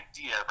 idea